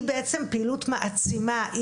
היא בעצם פעילות מעצימה,